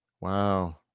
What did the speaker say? wow